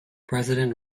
president